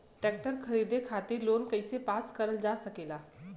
Tractor खरीदे खातीर loan कइसे पास करल जा सकेला?